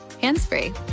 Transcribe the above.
hands-free